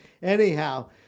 Anyhow